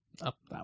Up